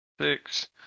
six